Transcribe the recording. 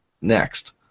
next